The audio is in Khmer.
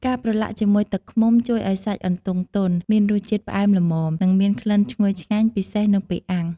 ការប្រឡាក់ជាមួយទឹកឃ្មុំជួយឱ្យសាច់អន្ទង់ទន់ មានរសជាតិផ្អែមល្មម និងមានក្លិនឈ្ងុយឆ្ងាញ់ពិសេសនៅពេលអាំង។